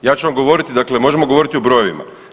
Ja ću vam govoriti, dakle možemo govoriti o brojevima.